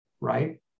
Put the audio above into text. right